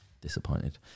Disappointed